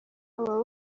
aba